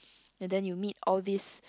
and then you meet all these